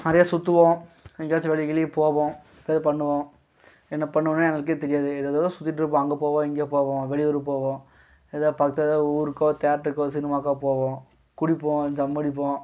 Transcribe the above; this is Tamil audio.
நிறைய சுற்றுவோம் எங்கேயாச்சும் வெளிய கிளிய போவோம் எதாது பண்ணுவோம் என்ன பண்ணுவோன்னே எங்களுக்கே தெரியாது எதேதோ சுற்றிட்ருப்போம் அங்கே போவோம் இங்கே போவோம் வெளியூ போவோம் எதாது பக்கத்தில் எதாது ஊருக்கோ தேட்ருக்கோ சினிமாக்கோ போவோம் குடிப்போம் தம் அடிப்போம்